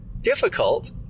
difficult